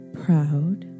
proud